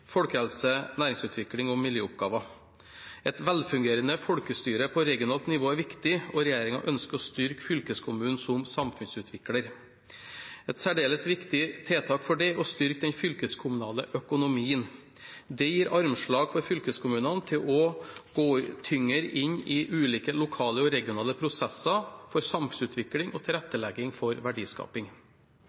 folkehelse, næringsutvikling og miljøoppgaver. Et velfungerende folkestyre på regionalt nivå er viktig, og regjeringen ønsker å styrke fylkeskommunen som samfunnsutvikler. Et særdeles viktig tiltak for det er å styrke den fylkeskommunale økonomien. Det gir armslag for fylkeskommunene til også å gå tyngre inn i ulike lokale og regionale prosesser for samfunnsutvikling og tilrettelegging for verdiskaping.